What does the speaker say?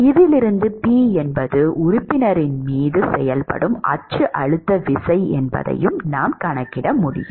இதில் P என்பது உறுப்பினரின் மீது செயல்படும் அச்சு அழுத்த விசையாகும்